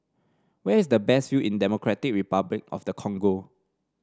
where is the best view in Democratic Republic of the Congo